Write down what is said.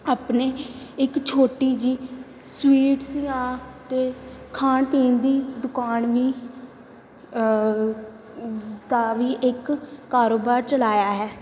ਆਪਣੇ ਇੱਕ ਛੋਟੀ ਜੀ ਸਵੀਟਸ ਜਾਂ ਤਾਂ ਖਾਣ ਪੀਣ ਦੀ ਦੁਕਾਨ ਵੀ ਦਾ ਵੀ ਇੱਕ ਕਾਰੋਬਾਰ ਚਲਾਇਆ ਹੈ